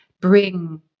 bring